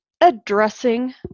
addressing